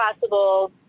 possible